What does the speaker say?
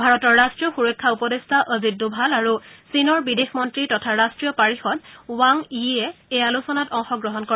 ভাৰতৰ ৰাট্টীয় সুৰক্ষা উপদেষ্টা অজিত দোভাল আৰু চীনৰ বিদেশ মন্ত্ৰী তথা ৰট্টীয় পাৰিষদ বাং য়িয়ে এই আলোচনাত অংশগ্ৰহণ কৰে